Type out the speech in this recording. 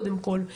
קודם כל.